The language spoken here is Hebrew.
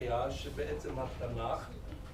...שבעצם התנ״ך